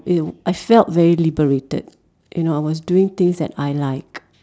it I felt very liberated you know I was doing things that I liked